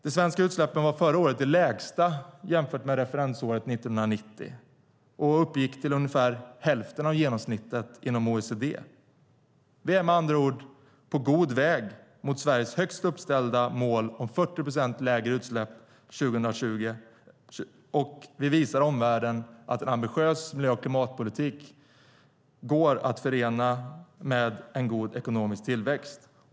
De svenska utsläppen var förra året de lägsta jämfört med referensåret 1990 och uppgick till ungefär hälften av genomsnittet inom OECD. Vi är med andra ord på god väg mot Sveriges högt uppställda mål om 40 procent lägre utsläpp 2020, och vi visar omvärlden att en ambitiös miljö och klimatpolitik går att förena med en god ekonomisk tillväxt.